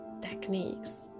techniques